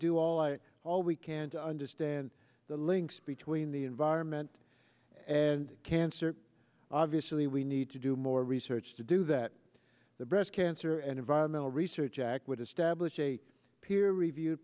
do all i all we can to understand the links between the environment and cancer obviously we need to do more research to do that the breast cancer and environmental research act would establish a peer review